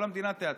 כל המדינה תיעצר.